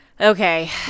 Okay